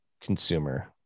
consumer